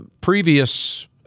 previous